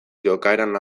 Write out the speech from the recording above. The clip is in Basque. jokaeran